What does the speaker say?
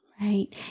Right